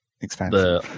Expansion